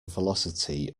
velocity